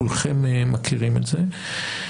כולכם מכירים את זה.